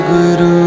Guru